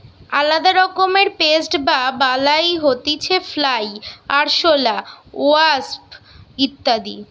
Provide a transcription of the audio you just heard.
আলদা রকমের পেস্ট বা বালাই হতিছে ফ্লাই, আরশোলা, ওয়াস্প ইত্যাদি